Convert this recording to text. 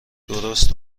درست